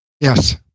Yes